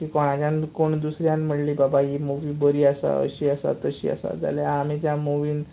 कोणाच्यान कोण दुसऱ्यान म्हणली बाबा ही मुवी बरी आसा अशी आसा तशी आसा जाल्यार आमीं त्या मुवीन